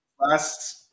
last